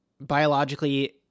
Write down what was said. biologically